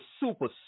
super